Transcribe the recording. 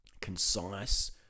concise